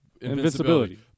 Invincibility